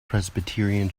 presbyterian